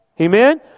Amen